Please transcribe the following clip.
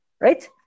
right